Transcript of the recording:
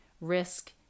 risk